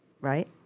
right